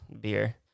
beer